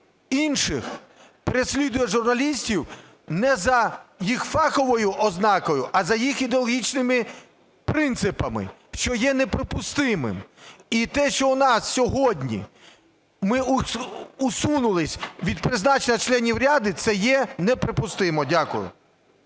інших, переслідує журналістів не за їх фаховою ознакою, а за їх ідеологічними принципами, що є неприпустимим. І те, що у нас сьогодні, ми усунулись від призначення членів ради це є неприпустимо. Дякую.